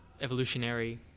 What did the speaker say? evolutionary